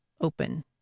Open